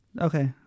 Okay